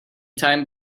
time